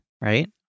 right